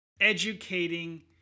educating